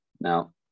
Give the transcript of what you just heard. now